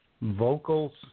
vocals